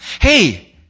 hey